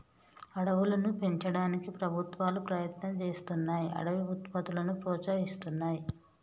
అడవులను పెంచడానికి ప్రభుత్వాలు ప్రయత్నం చేస్తున్నాయ్ అడవి ఉత్పత్తులను ప్రోత్సహిస్తున్నాయి